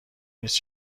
نیست